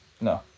No